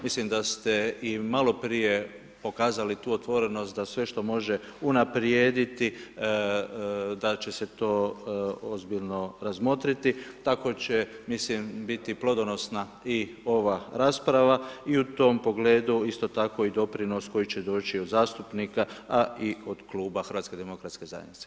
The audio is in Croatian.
Mislim da ste i maloprije pokazali tu otvorenost da sve što može unaprijediti da će se to ozbiljno razmotriti, tako će mislim biti plodonosna i ova rasprava i u tom pogledu isto tako i doprinos koji će doći od zastupnika a i od kluba HDZ-a.